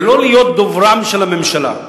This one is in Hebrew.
ולא להיות דוברה של הממשלה.